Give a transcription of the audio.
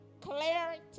clarity